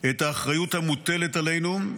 האחריות המוטלת עלינו.